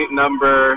number